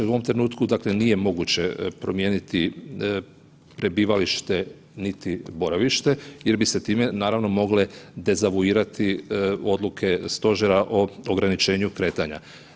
U ovom trenutku nije moguće promijeniti prebivalište niti boravište jer bi se time naravno mogle dezavuirati odluke Stožera o ograničenju kretanja.